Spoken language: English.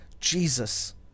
Jesus